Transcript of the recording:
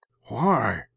Why